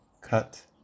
cut